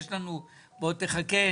בוא תחכה,